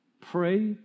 Pray